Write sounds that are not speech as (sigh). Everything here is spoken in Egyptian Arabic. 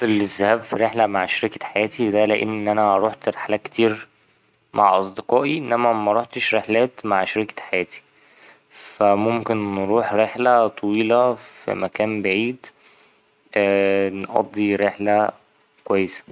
أفضل الذهاب في رحلة مع شريكة حياتي ده لأن أنا روحت رحلات كتير (noise) مع أصدقائي إنما مروحتش رحلات مع شريكة حياتي فا ممكن نروح رحلة طويلة في مكان بعيد نقضي رحلة كويسة.